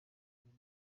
union